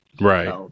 Right